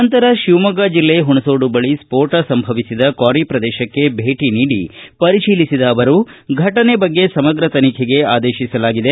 ನಂತರ ಶಿವಮೊಗ್ಗ ಜಿಲ್ಲೆ ಹುಣಸೋಡು ಬಳಿ ಸ್ಕೋಟ ಸಂಭವಿಸಿದ ಕ್ವಾರಿ ಪ್ರದೇಶಕ್ಕೆ ಭೇಟಿ ನೀಡಿ ಪರಿತೀಲಿಸಿದ ಅವರು ಘಟನೆ ಬಗ್ಗೆ ಸಮಗ್ರ ತನಿಖೆಗೆ ಆದೇಶಿಸಲಾಗಿದೆ